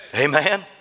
Amen